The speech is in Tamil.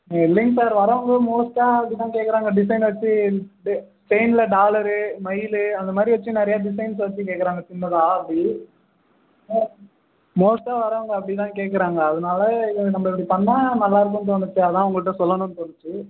இல்லைங்க சார் வர்றவங்க மோஸ்ட்டாக அப்படித்தான் கேட்கறாங்க டிசைன் வைச்சு செ செயினில் டாலரு மயில் அந்த மாதிரி வைச்சு நிறைய டிசைன்ஸ் வைச்சு கேட்கறாங்க சின்னதாக அப்படி மோஸ்ட் மோஸ்ட்டாக வர்றவங்க அப்படி தான் கேட்கறாங்க அதனால் இதை நம்ப அப்படி பண்ணிணா நல்லாருக்கும்ன்னு தோணுச்சு அதான் உங்கள்கிட்ட சொல்லணும்னு தோணுச்சு